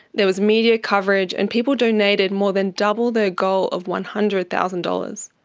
there was media coverage, and people donated more than double their goal of one hundred thousand dollars.